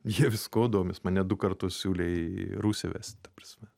jie viskuo domis mane du kartus siūlė į rūsį vest ta prasme